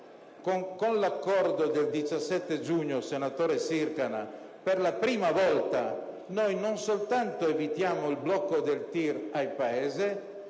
Con l'accordo del 17 giugno - senatore Sircana - per la prima volta noi non soltanto evitiamo il blocco dei TIR al Paese,